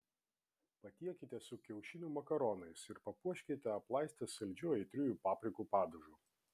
patiekite su kiaušinių makaronais ir papuoškite aplaistę saldžiu aitriųjų paprikų padažu